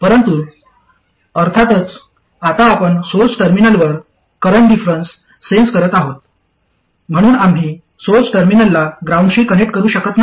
परंतु अर्थातच आता आपण सोर्स टर्मिनलवर करंट डिफरंन्स सेन्स करत आहोत म्हणून आम्ही सोर्स टर्मिनलला ग्राउंडशी कनेक्ट करू शकत नाही